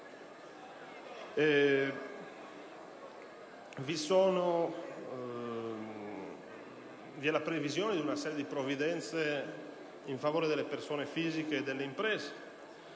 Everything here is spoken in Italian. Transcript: Vi è la previsione di una serie di provvidenze in favore delle persone fisiche e delle imprese;